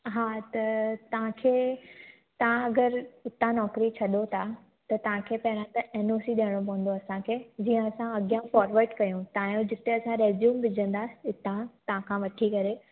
हा त तव्हांखे तव्हां अगरि हितां नौकरी छॾो था त तव्हां खे पहिरों त एन ओ सी ॾियणु पवंदो असांखे जीअं असां अॻियां फोरवड कयूं तव्हांजो जिते असां रेज़्युम विझंदासीं हितां तव्हां खां वठी करे